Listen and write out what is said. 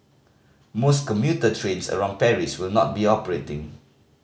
most commuter trains around Paris will not be operating